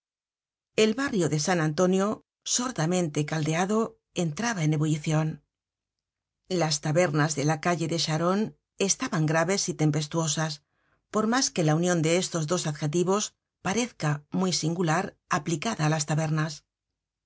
el barrio de san antonio sordamente caldeado entraba en ebullicion las tabernas de la calle de charonne estaban graves y tempestuosas por mas que la union de estos dos adjetivos parezca muy singular aplicada á las tabernas